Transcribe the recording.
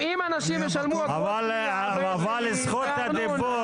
אם האנשים ישלמו אגרות בניה --- אבל זכות הדיבור,